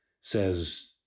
says